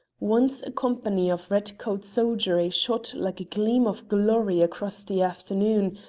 once a company of red-coat soldiery shot like a gleam of glory across the afternoon,